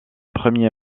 premier